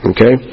Okay